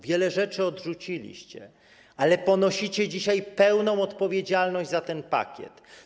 Wiele rzeczy odrzuciliście, ale ponosicie dzisiaj pełną odpowiedzialność za ten pakiet.